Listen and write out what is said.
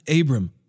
Abram